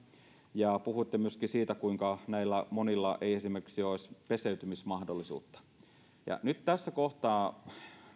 puhuitte myöskin siitä kuinka näillä monilla ei esimerkiksi olisi peseytymismahdollisuutta nyt tässä kohtaa